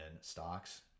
stocks